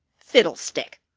fiddlestick!